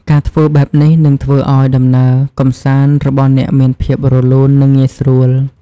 ការធ្វើបែបនេះនឹងធ្វើឱ្យដំណើរកម្សាន្តរបស់អ្នកមានភាពរលូន និងងាយស្រួល។